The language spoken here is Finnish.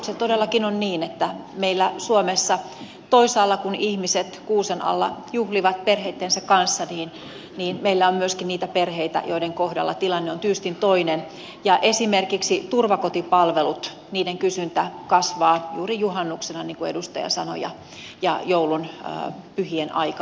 se todellakin on niin että kun meillä suomessa toisaalla ihmiset kuusen alla juhlivat perheittensä kanssa niin meillä on myöskin niitä perheitä joiden kohdalla tilanne on tyystin toinen ja esimerkiksi turvakotipalvelujen kysyntä kasvaa niin kuin edustaja sanoi juuri juhannuksena ja joulun pyhien aikana